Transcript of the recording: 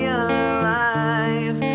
alive